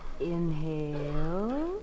Inhale